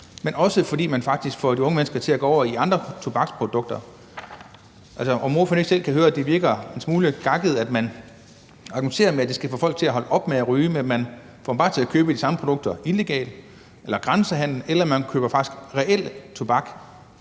men også fordi man faktisk får de unge mennesker til at gå over til andre tobaksprodukter. Kan ordføreren ikke selv høre, at det virker en smule gakket, at man argumenterer med, at det skal få folk til at holde op med at ryge, samtidig med at man bare får folk til at købe de samme produkter illegalt eller ved grænsehandel eller købe reel tobak,